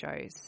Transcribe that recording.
shows